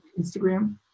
Instagram